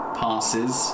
passes